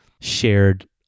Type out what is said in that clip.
shared